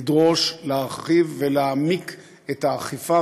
לדרוש להרחיב ולהעמיק את האכיפה